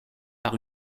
par